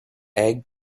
egg